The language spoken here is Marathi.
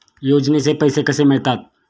योजनेचे पैसे कसे मिळतात?